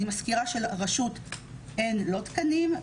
אני מזכירה שלרשות אין לא תקנים,